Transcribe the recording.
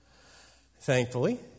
Thankfully